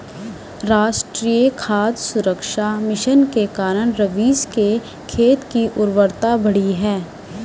राष्ट्रीय खाद्य सुरक्षा मिशन के कारण रवीश के खेत की उर्वरता बढ़ी है